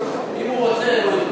אם הוא רוצה זה קורה?